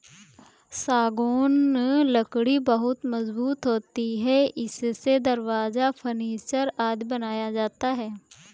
सागौन लकड़ी बहुत मजबूत होती है इससे दरवाजा, फर्नीचर आदि बनाया जाता है